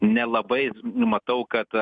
nelabai numatau kad